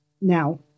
Now